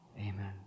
Amen